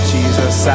Jesus